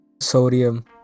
Sodium